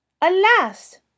alas